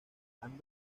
han